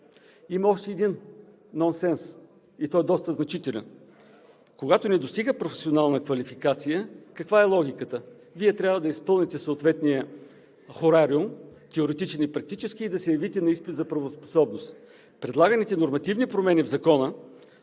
Има още един нонсенс, и то доста значителен. Когато не достига професионална квалификация, каква е логиката? Вие трябва да изпълните съответния хорариум – теоретичен и практически, и да се явите на изпит за правоспособност. Предлаганите нормативни промени в Закона